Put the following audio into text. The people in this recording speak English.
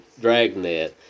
Dragnet